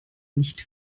nicht